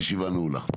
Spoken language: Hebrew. הישיבה נעולה.